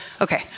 Okay